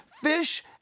fish